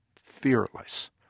Fearless